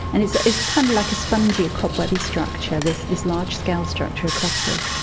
and it's it's kind of like a spongy or cobwebby structure, this this large-scale structure of clusters.